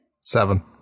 Seven